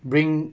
bring